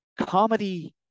comedy